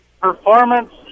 performance